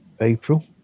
April